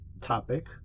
topic